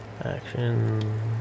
Action